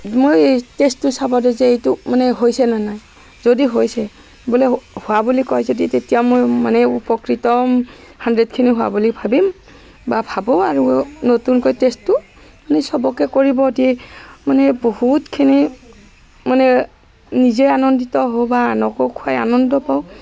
মই এই টেষ্টটো চাব দিওঁ যে এইটো মানে হৈছেনে নাই যদি হৈছে বোলে হোৱা বুলি কয় যদি তেতিয়া মই মানে উপকৃত হ'ম হানড্ৰেডখিনি হোৱা বুলি ভাবিম বা ভাবোঁ আৰু নতুনকৈ টেষ্টটো আনি চবকে কৰিব দি মানে বহুতখিনি মানে নিজে আনন্দিত হওঁ বা আনকো খুৱাই আনন্দ পাওঁ